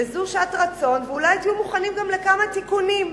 וזו שעת רצון, ואולי תהיו מוכנים גם לכמה תיקונים.